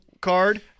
card